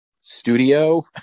studio